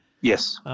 Yes